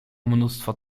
mnóstwo